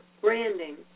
branding